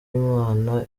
imana